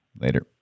Later